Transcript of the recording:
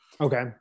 okay